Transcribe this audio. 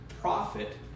profit